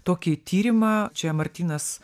tokį tyrimą čia martynas